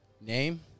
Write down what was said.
Name